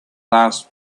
last